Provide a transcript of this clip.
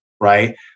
right